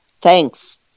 Thanks